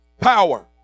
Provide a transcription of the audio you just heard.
power